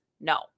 no